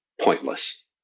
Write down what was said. pointless